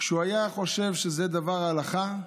כשהוא היה חושב שזה דבר ההלכה,